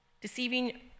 deceiving